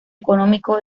económico